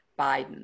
Biden